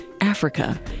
Africa